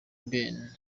ben